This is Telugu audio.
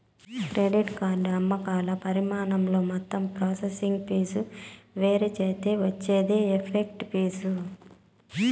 క్రెడిట్ కార్డు అమ్మకాల పరిమాణంతో మొత్తం ప్రాసెసింగ్ ఫీజులు వేరుచేత్తే వచ్చేదే ఎఫెక్టివ్ ఫీజు